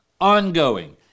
ongoing